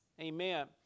Amen